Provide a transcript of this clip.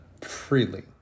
freely